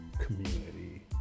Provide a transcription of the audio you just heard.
community